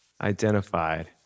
identified